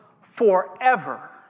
forever